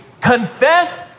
confess